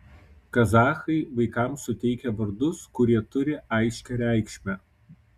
kazachai vaikams suteikia vardus kurie turi aiškią reikšmę